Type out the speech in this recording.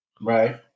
Right